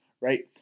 right